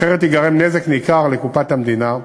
אחרת ייגרם נזק ניכר לקופת המדינה,